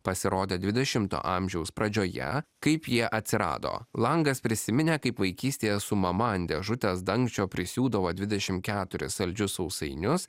pasirodė dvidešimto amžiaus pradžioje kaip jie atsirado langas prisiminė kaip vaikystėje su mama ant dėžutės dangčio prisiūdavo dvidešim keturis saldžius sausainius